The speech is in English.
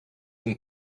and